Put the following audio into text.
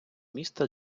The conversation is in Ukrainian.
міста